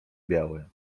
biały